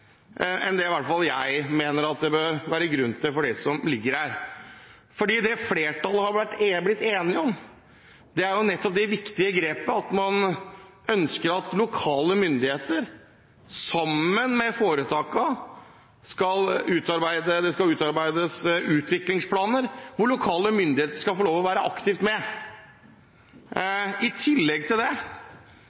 enn det i hvert fall jeg mener det bør være grunn til, ut fra det som foreligger. Det flertallet har blitt enig om, er det viktige grepet at det skal utarbeides utviklingsplaner, hvor lokale myndigheter, sammen med foretakene, skal få lov til å være aktivt med. I tillegg er noe av det